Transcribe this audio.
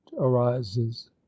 arises